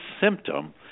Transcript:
symptom